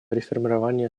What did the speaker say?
реформирования